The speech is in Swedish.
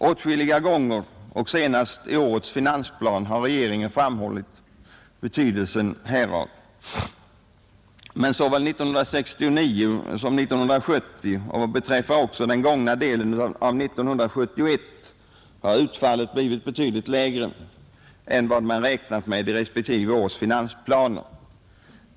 Åtskilliga gånger, senast i årets finansplan, har regeringen framhållit betydelsen härav, men såväl 1969 som 1970 och även under den gångna delen av 1971 har utfallet blivit betydligt lägre än vad man räknat med i respektive års finansplaner.